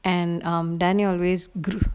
and um danny always grew